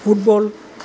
football